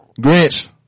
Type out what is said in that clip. Grinch